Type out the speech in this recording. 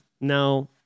now